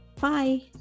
Bye